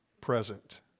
present